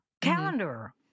Calendar